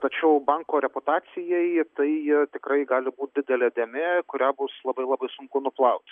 tačiau banko reputacijai tai tikrai gali būt didelė dėmė kurią bus labai labai sunku nuplaut